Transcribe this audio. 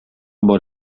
бар